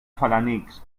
felanitx